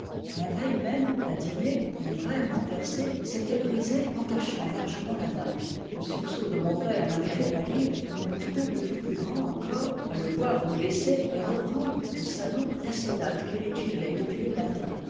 la veille même à dîner mon verre renversé s'était brisé entachant largement la nappe le sursaut de mon père m'avait fait pâlir et mon trouble fut plus grand encore à le voir nous laisser et reprendre au salon la sonate qu'il étudiait depuis le matin